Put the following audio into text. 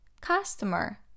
Customer